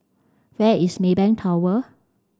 where is Maybank Tower